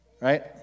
Right